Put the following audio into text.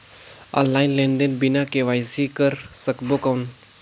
Online लेनदेन बिना KYC कर सकबो कौन??